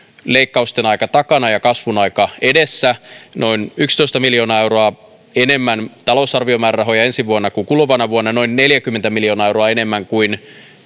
leikkausten aika takana ja kasvun aika edessä noin yksitoista miljoonaa euroa enemmän talousarviomäärärahoja ensi vuonna kuin kuluvana vuonna noin neljäkymmentä miljoonaa euroa enemmän kuin